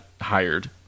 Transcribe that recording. hired